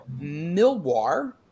Milwar